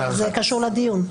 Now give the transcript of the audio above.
זה קשור לדיון.